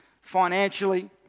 financially